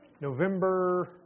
November